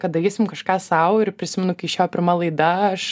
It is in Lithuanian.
kad darysim kažką sau ir prisimenu iki šiol pirma laida aš